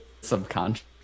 subconscious